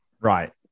Right